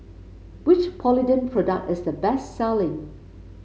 which Polident product is the best selling